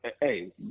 hey